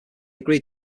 agreed